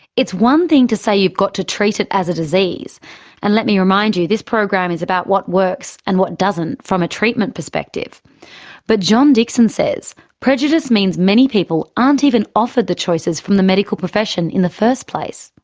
it's one thing saying so you've got to treat it as a disease and let me remind you, this program is about what works and what doesn't from a treatment perspective but john dixon says prejudice means many people aren't even offered the choices from the medical profession in the first place.